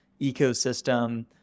ecosystem